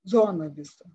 zoną visą